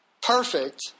Perfect